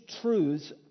truths